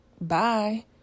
bye